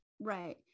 Right